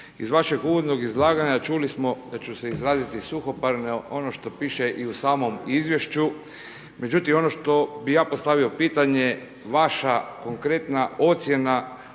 Iz vašeg uvodnog izlaganja, čuli smo, ja ću se izraziti suhoparno, ono što piše i u samom izvješću, međutim, ono što bih ja postavio pitanje, vaša konkretna ocjena